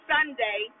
Sunday